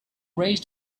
raised